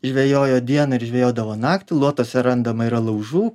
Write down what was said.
žvejojo dieną ir žvejodavo naktį luotuose randama yra laužų